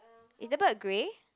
is the bird grey